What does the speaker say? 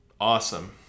awesome